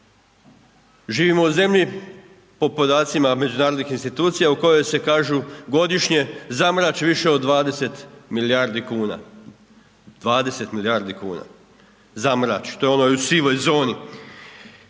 Živimo u zemlji po podacima međunarodnih institucija u kojoj se kažu godišnje zamrači više od 20 milijardi kuna. 20 milijardi kuna, zamrači, to je ono u sivoj zoni.